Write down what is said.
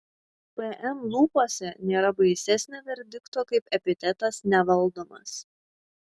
pm lūpose nėra baisesnio verdikto kaip epitetas nevaldomas